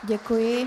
Děkuji.